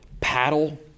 paddle